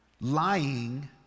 lying